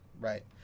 right